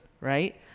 right